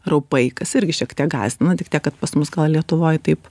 raupai kas irgi šiek tiek gąsdina tik tiek kad pas mus gal lietuvoj taip